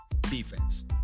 defense